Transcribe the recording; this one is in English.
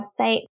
website